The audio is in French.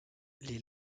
les